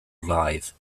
live